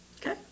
Okay